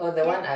yeah